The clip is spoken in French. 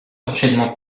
enchaînement